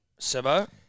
Sebo